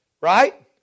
right